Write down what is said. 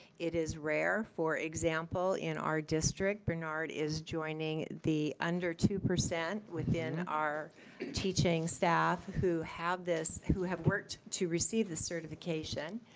it is rare, for example, in our district bernard is joining the under two percent within our teaching staff who have this, who have worked to receive the certification.